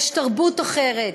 יש תרבות אחרת,